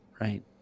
right